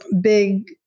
big